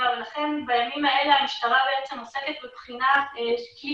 לכן בימים האלה המשטרה עוסקת בבחינת כלי